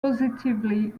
positively